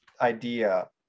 idea